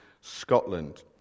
Scotland